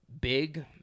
big